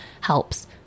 helps